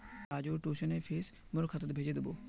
राजूर ट्यूशनेर फीस मोर खातात भेजे दीबो